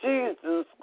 Jesus